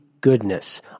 goodness